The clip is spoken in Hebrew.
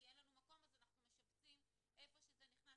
כי אין לנו מקום אז אנחנו משבצים איפה שזה נכנס.